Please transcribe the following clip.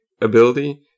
ability